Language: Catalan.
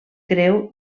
creu